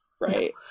right